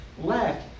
left